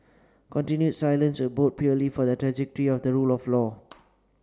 continued silence would bode poorly for the trajectory of the rule of law